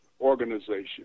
organization